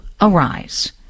arise